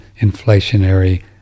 inflationary